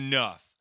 Enough